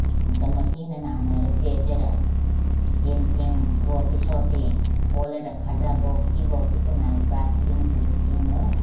अन्त मसिना नानीहरू च्यापेर हिँडथ्यौँ रोटी सोटी पोलेर खाजा बोकी बोकी पनि हामी भाग्थ्यौँ कुदथ्यौँ हो